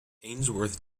ainsworth